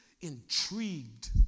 intrigued